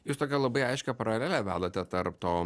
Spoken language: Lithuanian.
jūs tokią labai aiškią paralelę vedate tarp to